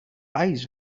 eyes